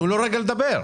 תנו לו רגע לדבר.